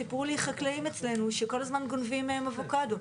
סיפור לי חקלאים אצלנו שכל הזמן גונבים מהם אבוקדו.